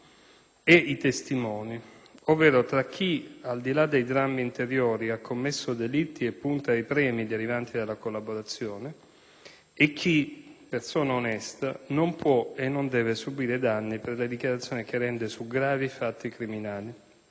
e i testimoni, ovvero tra chi, al di là dei drammi interiori, ha commesso delitti e punta ai premi derivanti dalla collaborazione e chi, persona onesta, non può e non deve subire danni per le dichiarazioni che rende su gravi fatti criminali.